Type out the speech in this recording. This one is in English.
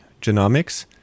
genomics